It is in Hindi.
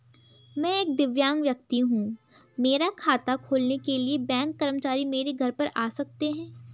मैं एक दिव्यांग व्यक्ति हूँ मेरा खाता खोलने के लिए बैंक कर्मचारी मेरे घर पर आ सकते हैं?